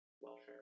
welfare